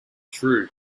true